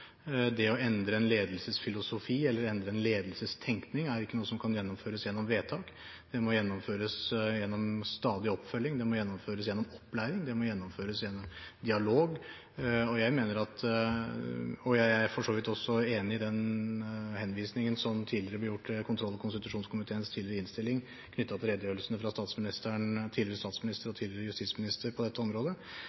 Det å endre en ledelsesfilosofi eller endre en ledelsestenkning er ikke noe som kan gjennomføres gjennom vedtak. Det må gjennomføres gjennom stadig oppfølging, gjennom opplæring og gjennom dialog. Jeg er for så vidt også enig i den henvisningen som tidligere ble gjort til kontroll- og konstitusjonskomiteens tidligere innstilling knyttet til redegjørelsene fra tidligere statsminister og tidligere justisminister på dette området,